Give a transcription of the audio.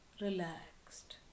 relaxed